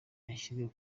yashyizwe